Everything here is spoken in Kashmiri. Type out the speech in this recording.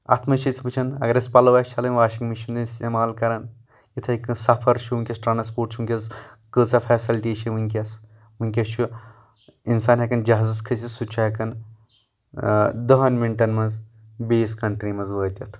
اتھ منٛز چھِ أسۍ وٕچھن اگر اسہِ پلو آسہِ چھلٕنۍ واشنٛگ مشیٖن ٲسۍ استعمال کران اِتھٕے کٔۍ سفر چھُ وُنکیٚس ٹرانسپورٹ چھُ وُنکیٛس کۭژاہ فیسلٹی چھِ وُنکیٚس وُنکیٛس چھُ انسان ہٮ۪کان جہازس کھٔسِتھ سُہ تہِ چھُ ہٮ۪کان دہن منٹن منٛز بیٚیِس کنٹری منٛز وٲتِتھ